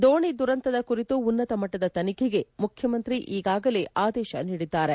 ದೋಣಿ ದುರಂತದ ಕುರಿತು ಉನ್ನತ ಮಟ್ಟದ ತನಿಖೆಗೆ ಮುಖ್ಯಮಂತ್ರಿ ಈಗಾಗಲೇ ಆದೇಶಿಸಿದ್ದಾರೆ